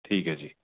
ठीक ऐ जी